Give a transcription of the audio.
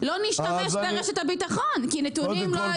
לא נשתמש ברשת הביטחון כי נתונים לא יתנו